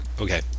Okay